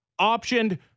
optioned